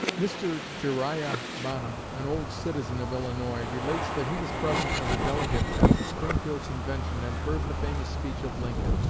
mr. jeriah bonham, an old citizen of illinois, relates that he was present as a delegate at the springfield convention and heard the famous speech of lincoln.